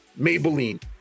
Maybelline